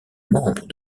membre